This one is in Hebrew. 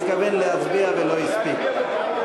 התכוון להצביע ולא הספיק.